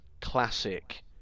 classic